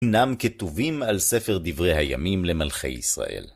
אמנם כתובים על ספר דברי הימים למלכי ישראל.